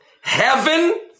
Heaven